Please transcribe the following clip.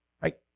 right